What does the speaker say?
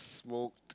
woke